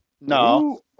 No